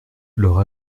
leur